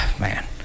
man